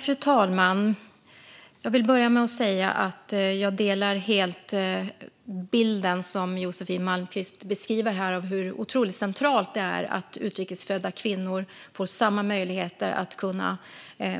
Fru talman! Jag vill börja med att säga att jag helt delar bilden som Josefin Malmqvist beskriver här av hur otroligt centralt det är att utrikes födda kvinnor får samma möjligheter att